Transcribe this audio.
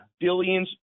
billions